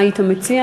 מה היית מציע,